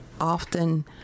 often